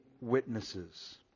witnesses